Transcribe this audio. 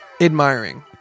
Admiring